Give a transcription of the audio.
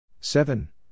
seven